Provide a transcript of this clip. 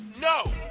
No